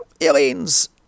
Aliens